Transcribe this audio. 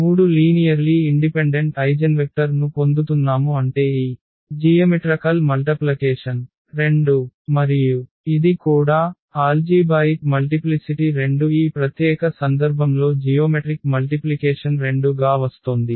3 linearly independent eigenvector ను పొందుతున్నాము అంటే ఈ రేఖాగణిత గుణకారం 2 మరియు ఇది కూడా ఆల్జీబ్రాయక్ మల్టిప్లిసిటి 2 ఈ ప్రత్యేక సందర్భంలో జియోమెట్రిక్ మల్టిప్లికేషన్ 2 గా వస్తోంది